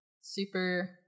Super